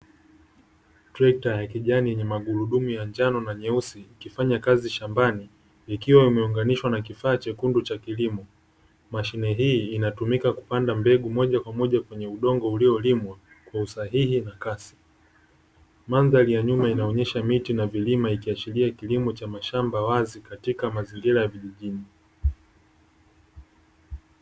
Trekta ya kijani yenye magurudumu ya njano na nyeusi, ikifanya kazi shambani; ikiwa imeunganishwa na kifaaa chekundu cha kilimo. Mashine hiii inatumika kupanda mbegu moja kwa moja kwenye udongo uliolimwa kwa usahihi na kasI. Mandhari ya nyuma inaonywesha miti na vilima, ikiashiria kilimo cha mashamba wazi katika mazingira ya vijijini.